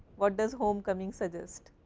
what does home coming suggest?